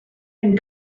been